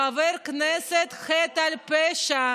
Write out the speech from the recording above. חבר הכנסת, חטא על פשע.